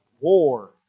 war